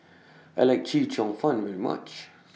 I like Chee Cheong Fun very much